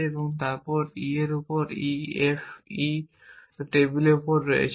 এবং তারপর E টেবিলের উপর Ff টেবিলের উপর রয়েছে